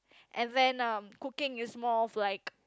and then um cooking is more of like